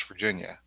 Virginia